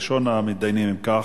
ראשון המתדיינים, אם כך,